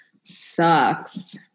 sucks